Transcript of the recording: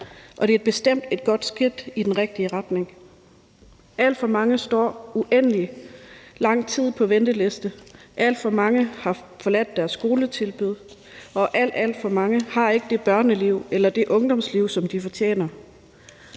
og det her er bestemt et godt skridt i den rigtige retning. Alt for mange står uendelig lang tid på venteliste. Alt for mange har forladt deres skoletilbud, og alt, alt for mange har ikke det børneliv eller det ungdomsliv, som de fortjener.